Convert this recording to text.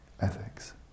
Ethics